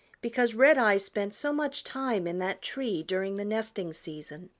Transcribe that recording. because redeye spent so much time in that tree during the nesting season.